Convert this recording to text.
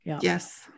Yes